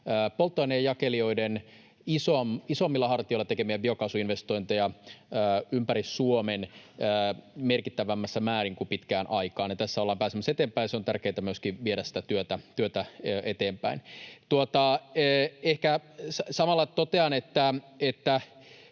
polttoainejakelijoiden isommilla hartioilla tekemiä biokaasuinvestointeja ympäri Suomen merkittävämmässä määrin kuin pitkään aikaan. Tässä ollaan pääsemässä eteenpäin. On tärkeää myöskin viedä sitä työtä eteenpäin. Ehkä samalla totean,